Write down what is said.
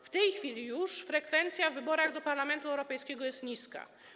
W tej chwili frekwencja w wyborach do Parlamentu Europejskiego jest już niska.